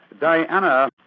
Diana